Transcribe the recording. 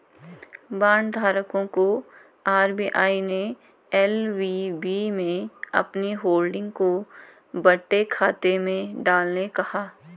bond धारकों को RBI ने एल.वी.बी में अपनी होल्डिंग को बट्टे खाते में डालने कहा